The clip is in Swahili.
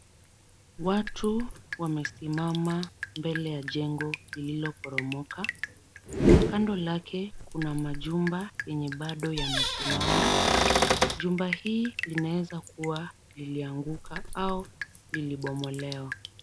Watu wamesimama mbele ya jengo lililoporomoka. Kando lake kuna majumba yenye bado yamesimama. Jumba hii linaweza kuwa lilianguka au lilibomolewa.